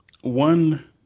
One